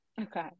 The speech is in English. Okay